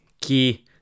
Key